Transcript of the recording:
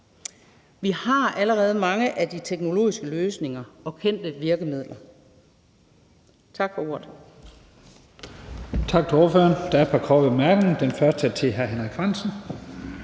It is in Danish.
Vi har allerede mange af de teknologiske løsninger og kendte virkemidler.